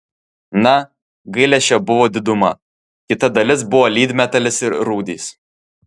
na gailesčio buvo diduma kita dalis buvo lydmetalis ir rūdys